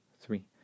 three